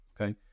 Okay